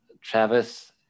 Travis